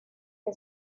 que